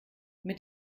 mit